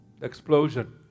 explosion